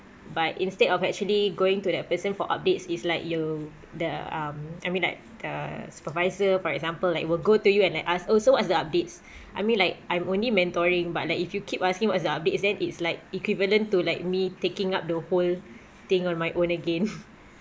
but instead of actually going to that person for updates is like you the um I mean like the supervisor for example like will go to you and ask also ask the updates I mean like I'm only mentoring but like if you keep asking what's the updates then it's like equivalent to like me taking up the whole thing on my own again